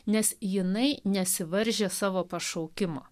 nes jinai nesivaržė savo pašaukimo